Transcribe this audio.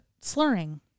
slurring